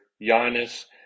Giannis